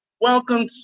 Welcome